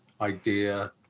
idea